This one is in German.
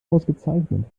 ausgezeichnet